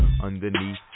underneath